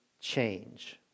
change